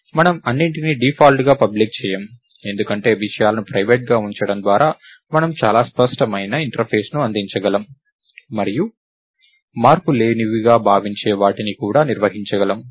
మనము అన్నింటినీ డిఫాల్ట్గా పబ్లిక్ చేయము ఎందుకంటే విషయాలను ప్రైవేట్గా ఉంచడం ద్వారా మనము చాలా స్పష్టమైన ఇంటర్ఫేస్ను అందించగలము మరియు మార్పులేనివిగా భావించే వాటిని కూడా నిర్వహించగలము